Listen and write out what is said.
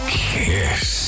kiss